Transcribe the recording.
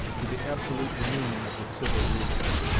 to the absolute dominion of the civil rulers.